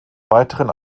weiteren